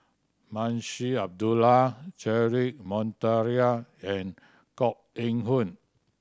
Munshi Abdullah Cedric Monteiro and Koh Eng Hoon